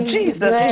Jesus